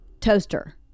toaster